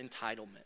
entitlement